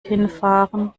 hinfahren